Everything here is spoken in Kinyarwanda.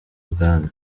bwami